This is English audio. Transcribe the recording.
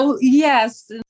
Yes